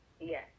Yes